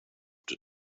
the